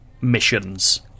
missions